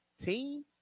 team